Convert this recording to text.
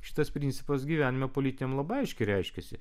šitas principas gyvenime politiniam labai aiškiai reiškėsi